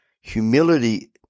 Humility